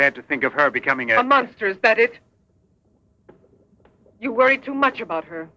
bear to think of her becoming a monster is that it you worry too much about her